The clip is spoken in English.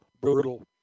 Brutal